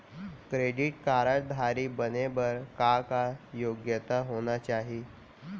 Credit card धारी बने बर का का योग्यता होना चाही?